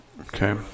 Okay